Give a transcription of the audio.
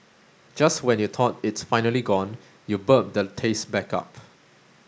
just when you thought it's finally gone you burp the taste back up